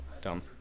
Dumb